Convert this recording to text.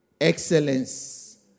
Excellence